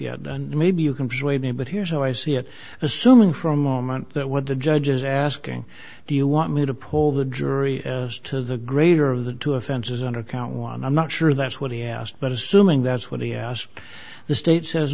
trap and maybe you can persuade me but here's how i see it assuming for a moment that what the judge is asking do you want me to pull the jury to the greater of the two offenses under count one i'm not sure that's what he asked but assuming that's what he asked the state says